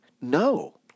No